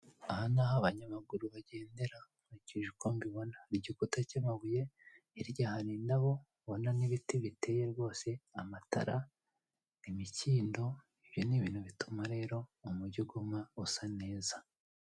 Aha ni aho abanyamaguru bagendera nkurikije uko mbibona ni igikuta cy'amabuye hirya hari indabo, ubona n'ibiti biteye rwose, amatara, imikindo, ibi ni ibintu bituma rero umugi uguma usa neza.